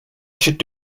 should